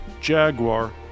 Jaguar